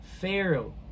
Pharaoh